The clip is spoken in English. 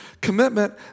commitment